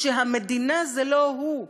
שהמדינה זה לא הוא.